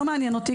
לא מעניין אותי,